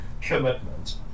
commitment